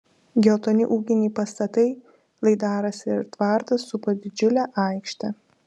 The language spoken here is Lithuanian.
geltoni ūkiniai pastatai laidaras ir tvartas supo didžiulę aikštę